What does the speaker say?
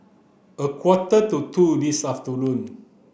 a quarter to two this afternoon